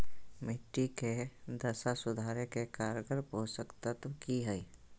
मिट्टी के दशा सुधारे के कारगर पोषक तत्व की है?